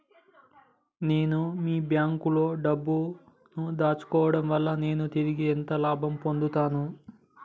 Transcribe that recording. నేను మీ బ్యాంకులో డబ్బు ను దాచుకోవటం వల్ల నేను తిరిగి ఎంత లాభాలు పొందుతాను?